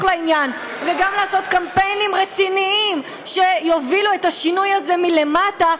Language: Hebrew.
בעניין וגם לעשות קמפיינים רציניים שיובילו את השינוי הזה מלמטה,